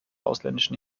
ausländischen